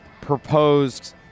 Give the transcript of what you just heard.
proposed